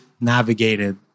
navigated